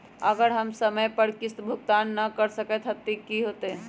अगर हम समय पर किस्त भुकतान न कर सकवै त की होतै?